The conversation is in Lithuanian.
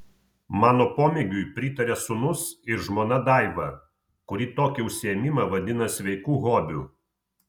mano pomėgiui pritaria sūnus ir žmona daiva kuri tokį užsiėmimą vadina sveiku hobiu